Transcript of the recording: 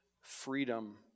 freedom